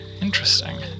Interesting